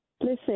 Listen